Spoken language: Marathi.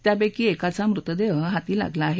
त्यापैकी एकाचा मृतदेह हाती लागला आहे